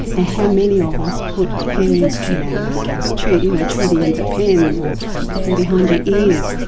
how many of us put pens in our mouths, chew you know chew the ends of pens, or put them behind your ears,